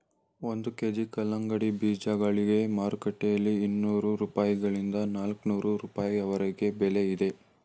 ಒಂದು ಕೆ.ಜಿ ಕಲ್ಲಂಗಡಿ ಬೀಜಗಳಿಗೆ ಮಾರುಕಟ್ಟೆಯಲ್ಲಿ ಇನ್ನೂರು ರೂಪಾಯಿಗಳಿಂದ ನಾಲ್ಕನೂರು ರೂಪಾಯಿವರೆಗೆ ಬೆಲೆ ಇದೆ